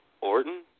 Orton